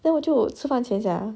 then 我就吃饭钱 sia